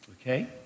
Okay